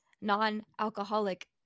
non-alcoholic